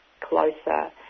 closer